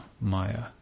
Maya